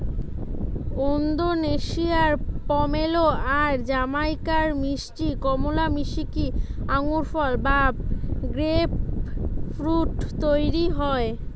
ওন্দোনেশিয়ার pomelo আর জামাইকার মিষ্টি কমলা মিশিকি আঙ্গুরফল বা গ্রেপফ্রূট তইরি হয়